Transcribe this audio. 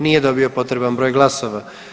Nije dobio potreban broj glasova.